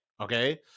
Okay